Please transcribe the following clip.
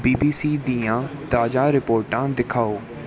B B C ਦੀਆਂ ਤਾਜ਼ਾ ਰਿਪੋਰਟਾਂ ਦਿਖਾਓ